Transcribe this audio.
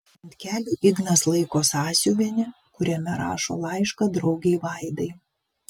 ant kelių ignas laiko sąsiuvinį kuriame rašo laišką draugei vaidai